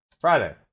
Friday